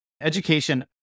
education